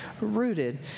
rooted